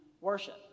worship